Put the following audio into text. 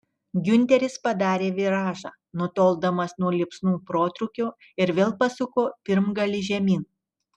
giunteris padarė viražą nutoldamas nuo liepsnų protrūkio ir vėl pasuko pirmgalį žemyn